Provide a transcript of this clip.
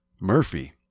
Murphy